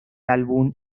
álbum